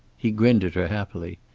he grinned at her, happily.